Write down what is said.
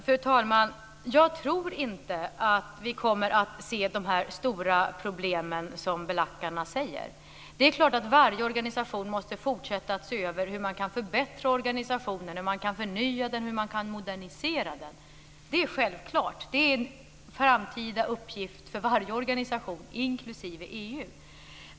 Fru talman! Jag tror inte att vi kommer att se de stora problemen som belackarna talar om. Det är ju självklart att varje organisation måste fortsätta att se över hur man kan förbättra organisationen, hur man kan förnya och modernisera den. Det är en framtida uppgift för varje organisation inklusive EU.